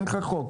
אין לך חוק.